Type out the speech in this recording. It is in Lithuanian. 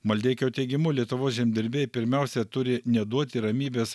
maldeikio teigimu lietuvos žemdirbiai pirmiausia turi neduoti ramybės